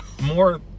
more